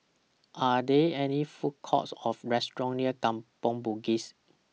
Are There any Food Courts Or restaurants near Kampong Bugis